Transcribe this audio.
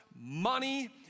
money